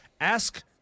Ask